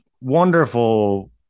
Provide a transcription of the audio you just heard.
wonderful